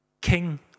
King